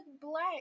black